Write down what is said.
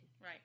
Right